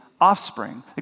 offspring